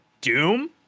Doom